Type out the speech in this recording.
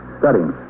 studying